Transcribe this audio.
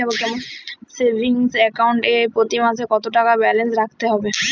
Savings account এ প্রতি মাসে কতো টাকা ব্যালান্স রাখতে হবে?